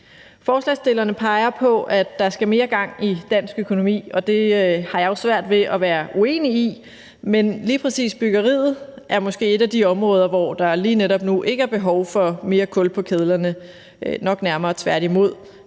Forslagsstillerne peger på, at der skal mere gang i dansk økonomi, og det har jeg jo svært ved at være uenig i, men lige præcis byggeriet er måske et af de områder, hvor der lige netop nu ikke er behov for mere kul på kedlerne – nok snarere tværtimod.